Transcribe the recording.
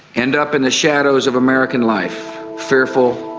end up in the shadows of american life, fearful,